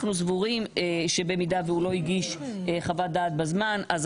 אנחנו סבורים שבמידה שהוא לא הגיש חוות דעת בזמן אז